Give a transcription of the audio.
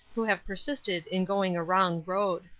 who have persisted in going a wrong road.